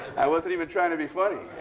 i wasn't even trying to be funny.